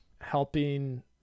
helping